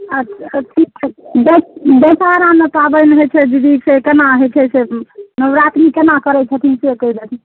अच्छा ठीक छै दशहरामे पाबनि होइत छै दीदी से केना होइत छै से नवरात्रि केना करै छथिन से कहि देथुन